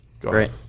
Great